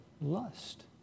Lust